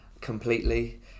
completely